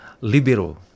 libero